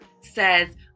says